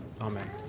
Amen